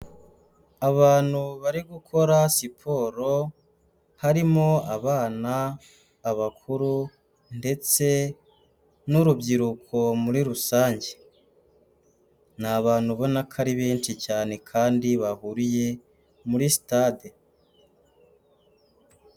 Abantu bari gukora siporo harimo abana, abakuru ndetse n'urubyiruko muri rusange, ni abantu ubona ko ari benshi cyane kandi bahuriye muri sitade.